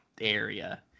area